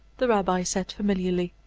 the rabbi said, familiarly,